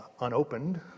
unopened